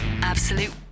Absolute